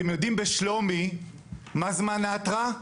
אתם יודעים בשלומי מה זמן ההתרעה?